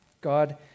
God